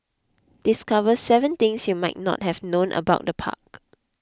discover seven things you might not have known about the park